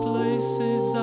Places